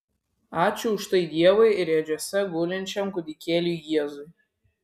ačiū už tai dievui ir ėdžiose gulinčiam kūdikėliui jėzui